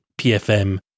PFM